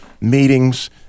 meetings